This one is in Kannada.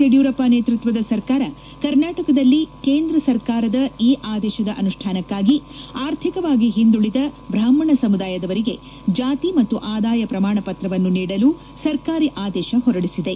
ಯಡಿಯೂರಪ್ಪ ನೇತೃತ್ವದ ಸರ್ಕಾರ ಕರ್ನಾಟಕದಲ್ಲಿ ಕೇಂದ್ರ ಸರ್ಕಾರದ ಈ ಆದೇಶದ ಅನುಷ್ವಾನಕ್ಕಾಗಿ ಆರ್ಥಿಕವಾಗಿ ಹಿಂದುಳಿದ ಬ್ರಾಹ್ಮಣ ಸಮುದಾಯದವರಿಗೆ ಜಾತಿ ಮತ್ತು ಆದಾಯ ಪ್ರಮಾಣ ಪತ್ರವನ್ನು ನೀಡಲು ಸರ್ಕಾರಿ ಆದೇಶ ಹೊರಡಿಸಿದೆ